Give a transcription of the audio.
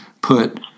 put